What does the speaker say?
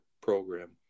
program